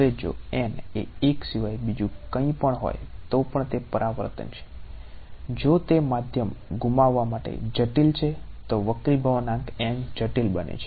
હવે જો n એ 1 સિવાય બીજું કાંઈ પણ હોય તો પણ તે પરાવર્તન છે જો તે માધ્યમ ગુમાવવા માટે જટિલ છે તો વક્રીભાવનાંક n જટિલ બને છે